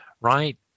right